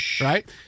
right